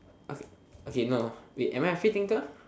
okay no wait am I a free thinker